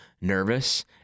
nervous